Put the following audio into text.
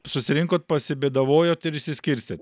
susirinkot pasibėdavojot ir išsiskirstėt